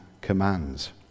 commands